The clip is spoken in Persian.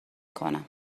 کنم